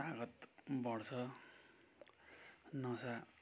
तागत बढ्छ नसा